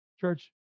Church